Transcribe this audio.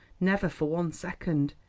never for one second.